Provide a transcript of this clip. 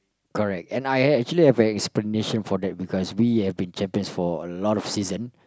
correct and I actually have an explanation for that because we have been champions for a lot of season